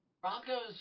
Broncos